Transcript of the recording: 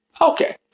Okay